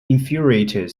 infuriated